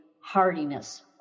hardiness